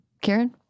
Karen